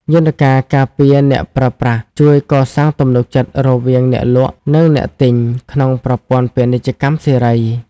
យន្តការការពារអ្នកប្រើប្រាស់ជួយកសាងទំនុកចិត្តរវាងអ្នកលក់ និងអ្នកទិញក្នុងប្រព័ន្ធពាណិជ្ជកម្មសេរី។